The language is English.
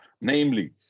Namely